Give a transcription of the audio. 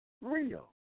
real